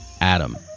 Adam